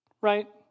right